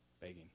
begging